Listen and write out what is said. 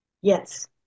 Yes